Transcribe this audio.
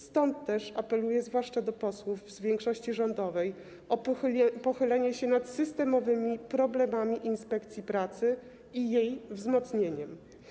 Stąd też apeluję, zwłaszcza do posłów z większości rządowej, o pochylenie się nad systemowymi problemami inspekcji pracy i jej wzmocnieniem.